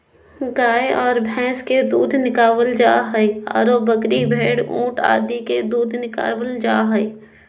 गाय आर भैंस के दूध निकालल जा हई, आरो बकरी, भेड़, ऊंट आदि के भी दूध निकालल जा हई